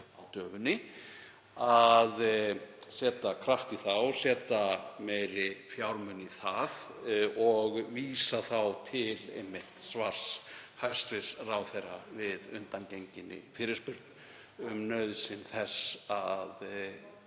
að setja kraft í það og setja meiri fjármuni í það og vísa þá til svars hæstv. ráðherra við undangenginni fyrirspurn um nauðsyn þess að